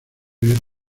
guerra